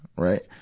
right.